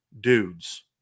dudes